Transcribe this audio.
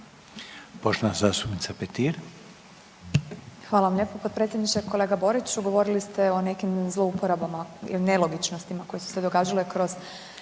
Marijana (Nezavisni)** Hvala vam lijepo potpredsjedniče. Kolega Boriću govorili ste o nekim zlouporabama i nelogičnostima koje su se događale kroz